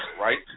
right